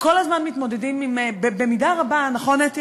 כל הזמן מתמודדים, במידה רבה, נכון, אתי?